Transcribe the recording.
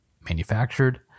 manufactured